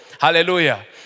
Hallelujah